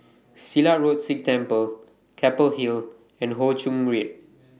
Silat Road Sikh Temple Keppel Hill and Ho Ching Read